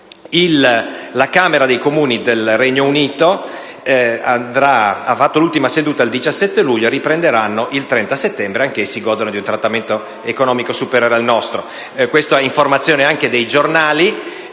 La Camera dei Comuni del Regno Unito ha tenuto l'ultima seduta il 17 luglio e i loro lavori riprenderanno il 30 settembre. Anch'essi godono di un trattamento economico superiore al nostro. Questo anche a informazione dei giornali,